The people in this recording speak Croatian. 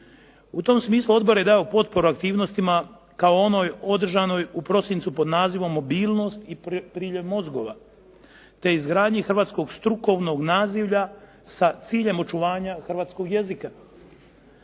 U tom smislu odbor je dao potporu aktivnostima kao onoj održanoj u prosincu pod nazivom “Mobilnost i priljev mozgova“, te izgradnji hrvatskog strukovnog nazivlja sa ciljem očuvanja hrvatskog jezika.